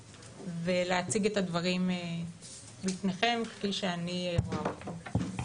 ולהציג את הדברים לפניכם כפי שאני רואה אותם.